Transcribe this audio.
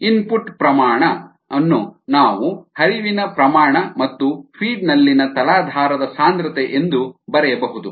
input ಪ್ರಮಾಣ ಅನ್ನು ನಾವು ಹರಿವಿನ ಪ್ರಮಾಣ ಮತ್ತು ಫೀಡ್ ನಲ್ಲಿನ ತಲಾಧಾರದ ಸಾಂದ್ರತೆ ಎಂದು ಬರೆಯಬಹುದು